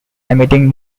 emitting